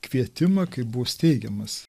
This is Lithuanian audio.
kvietimą kai buvo steigiamas